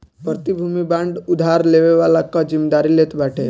प्रतिभूति बांड उधार लेवे वाला कअ जिमेदारी लेत बाटे